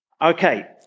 Okay